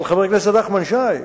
אבל, חבר הכנסת נחמן שי,